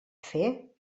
fer